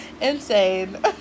insane